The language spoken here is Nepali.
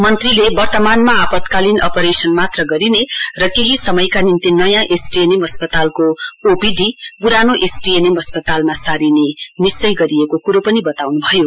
मन्त्रीले वर्तमान आपतकालीन अपरेशन मात्र गर्ने केही समयका निम्ति नयाँ एसटीएनएम अस्पतालको ओपीडी पुरानो एसटीएनएम अस्पतालमा सारिने निश्वय गरिएखो कुरो बताउन् भयो